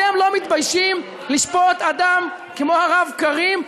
אתם לא מתביישים לשפוט אדם כמו הרב קרים.